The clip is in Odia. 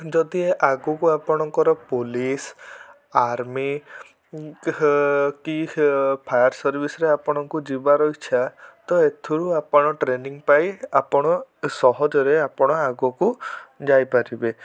ଯଦି ଆଗକୁ ଆପଣଙ୍କର ପୋଲିସ୍ ଆର୍ମି କି ଫାୟାର୍ ସର୍ଭିସ୍ରେ ଆପଣଙ୍କୁ ଯିବାର ଇଚ୍ଛା ତ ଏଥିରୁ ଆପଣ ଟ୍ରେନିଂ ପାଇ ଆପଣ ସହଜରେ ଆପଣ ଆଗକୁ ଯାଇ ପାରିବେ